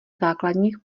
základních